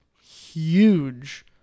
huge